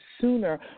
sooner